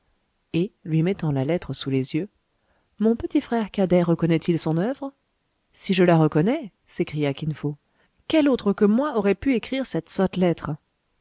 et lui mettant la lettre sous les yeux mon petit frère cadet reconnaît il son oeuvre si je la reconnais s'écria kin fo quel autre que moi aurait pu écrire cette sotte lettre